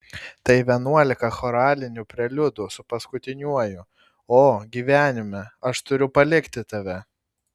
tai vienuolika choralinių preliudų su paskutiniuoju o gyvenime aš turiu palikti tave